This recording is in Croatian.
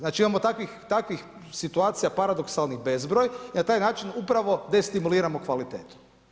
Znači imamo takvih situacija paradoksalnih bezbroj i na taj način upravo destimuliramo kvalitetu.